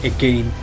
Again